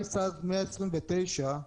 אי-סאד 129,